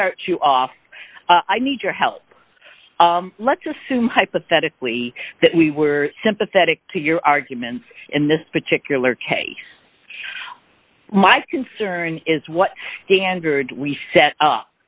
start you off i need your help let's assume hypothetically that we were sympathetic to your arguments in this particular case my concern is what standard we set